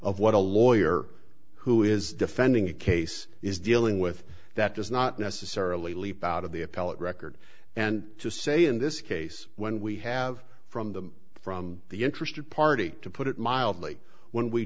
of what a lawyer who is defending a case is dealing with that does not necessarily leap out of the appellate record and to say in this case when we have from the from the interested party to put it mildly when we